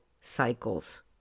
cycles